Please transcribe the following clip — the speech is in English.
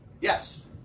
Yes